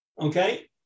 Okay